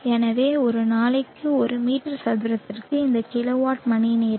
எனவே ஒரு நாளைக்கு ஒரு மீட்டர் சதுரத்திற்கு இந்த கிலோவாட் மணிநேரம்